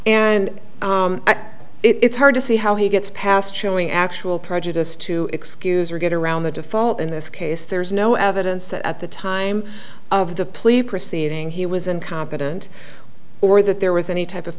and it's hard to see how he gets past showing actual prejudice to excuse or get around the default in this case there is no evidence that at the time of the pleas proceeding he was incompetent or that there was any type of